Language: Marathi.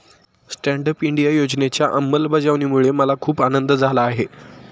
स्टँड अप इंडिया योजनेच्या अंमलबजावणीमुळे मला खूप आनंद झाला आहे